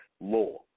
law